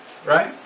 Right